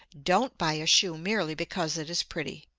don't buy a shoe merely because it is pretty.